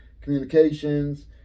communications